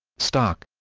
stock